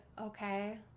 okay